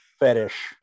fetish